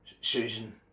Susan